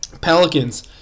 Pelicans